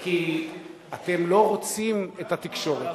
כי אתם לא רוצים את התקשורת.